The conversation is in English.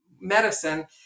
medicine